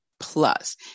plus